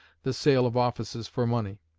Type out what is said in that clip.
the sale of offices for money.